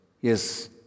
Yes